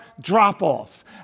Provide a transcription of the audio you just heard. drop-offs